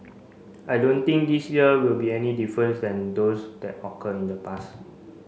I don't think this year will be any difference than those that occur in the past